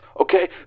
Okay